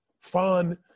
fun